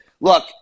Look